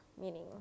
meaning